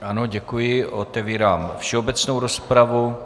Ano, děkuji, otevírám všeobecnou rozpravu.